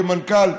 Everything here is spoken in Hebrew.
כמנכ"ל.